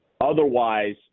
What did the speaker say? Otherwise